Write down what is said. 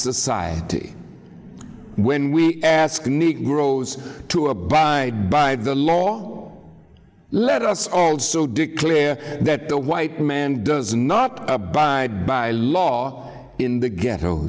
society when we ask negroes to abide by the law let us also declare that the white man does not abide by law in the ghetto